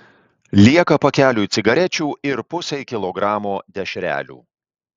lieka pakeliui cigarečių ir pusei kilogramo dešrelių